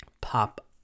pop